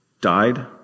died